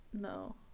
No